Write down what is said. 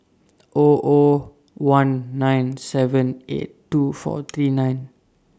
O O one nine seven eight two four three nine